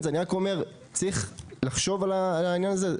זה; אני רק אומר שצריך לחשוב על העניין הזה,